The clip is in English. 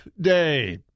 Day